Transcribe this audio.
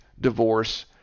divorce